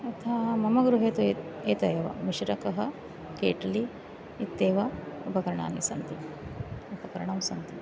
अतः मम गृहे तु ए एत एव मिश्रकः केट्ली इत्येव उपकरणानि सन्ति उपकरणं सन्ति